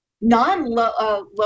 non-low